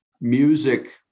music